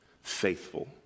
faithful